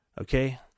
Okay